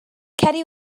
ceri